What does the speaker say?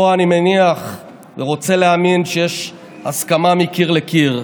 פה אני מניח ורוצה להאמין שיש הסכמה מקיר לקיר.